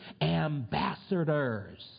ambassadors